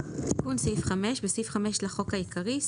תיקון סעיף 56.בסעיף 5 לחוק העיקרי,